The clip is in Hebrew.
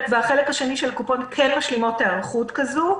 והחלק השני של הקופות כן משלימות היערכות כזאת.